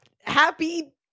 happy